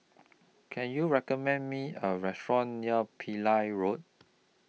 Can YOU recommend Me A Restaurant near Pillai Road